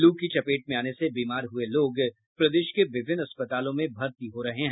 लू की चपेट में आने से बीमार हुए लोग प्रदेश के विभिन्न अस्पतालों में भर्ती हो रहे हैं